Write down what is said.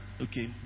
Okay